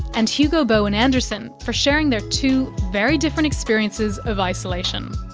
and hugo bowne-anderson, for sharing their two very different experiences of isolation.